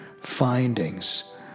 findings